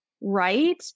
right